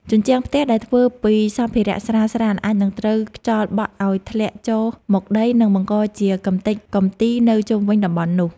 ជញ្ជាំងផ្ទះដែលធ្វើពីសម្ភារៈស្រាលៗអាចនឹងត្រូវខ្យល់បក់ឱ្យធ្លាក់ចុះមកដី និងបង្កជាកម្ទេចកំទីនៅជុំវិញតំបន់នោះ។